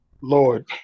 Lord